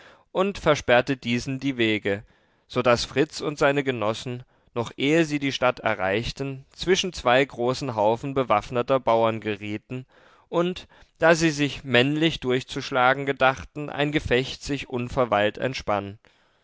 und versperrte diesen die wege so daß fritz und seine genossen noch ehe sie die stadt erreichten zwischen zwei großen haufen bewaffneter bauern gerieten und da sie sich mannlich durchzuschlagen gedachten ein gefecht sich unverweilt entspann